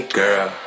girl